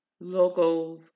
logos